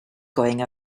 going